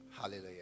hallelujah